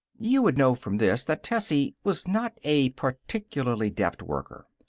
you would know from this that tessie was not a particularly deft worker.